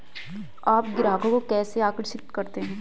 आप ग्राहकों को कैसे आकर्षित करते हैं?